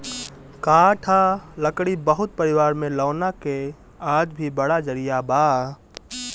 काठ आ लकड़ी बहुत परिवार में लौना के आज भी बड़ा जरिया बा